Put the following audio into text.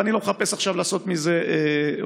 ואני לא מחפש עכשיו לעשות מזה הופעה.